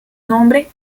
nombre